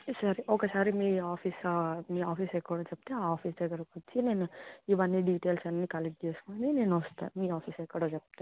సరే ఒకసారి మీ ఆఫీస్ మీ ఆఫీస్ ఎక్కడో చెప్తే ఆ ఆఫీస్ దగ్గరకి వచ్చి నేను ఇవన్నీ డీటైల్స్ అన్నీ కలెక్ట్ చేసుకోని నేను వస్తాను మీ ఆఫీస్ ఎక్కడో చెప్తే